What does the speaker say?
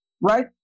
right